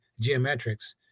geometrics